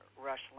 Rush